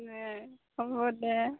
হ'ব দে